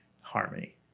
Harmony